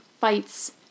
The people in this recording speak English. fights